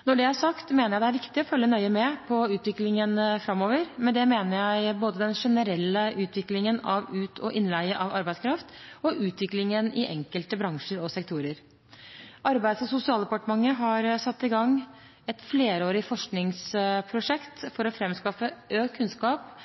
Når det er sagt, mener jeg at det er viktig å følge nøye med på utviklingen framover. Med det mener jeg både den generelle utviklingen av ut- og innleie av arbeidskraft og utviklingen i enkelte bransjer og sektorer. Arbeids- og sosialdepartementet har satt i gang et flerårig forskningsprosjekt for å fremskaffe økt kunnskap